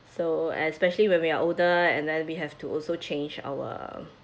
so especially when we are older and then we have to also change our